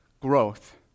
growth